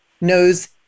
knows